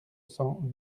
cents